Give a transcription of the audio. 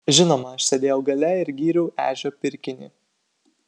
žinoma aš sėdėjau gale ir gyriau ežio pirkinį